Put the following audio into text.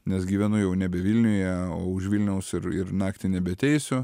nes gyvenu jau nebe vilniuje o už vilniaus ir ir naktį nebeateisiu